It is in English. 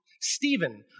Stephen